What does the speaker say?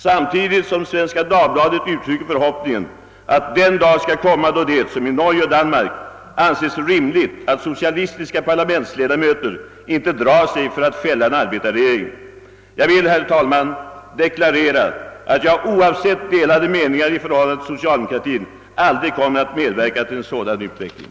Samtidigt uttrycker Svenska Dagbladet förhoppningen, att den dag skall komma då det som i Norge och Danmark anses rimligt, att socialistiska parlamentsledamöter inte drar sig för att fälla en arbetarregering. Jag vill, herr talman, deklarera att jag trots andra uppfattningar än socialdemokratins aldrig kommer att medverka till en sådan utveckling.